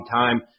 time